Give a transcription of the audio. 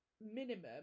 minimum